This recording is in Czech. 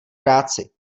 práci